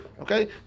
Okay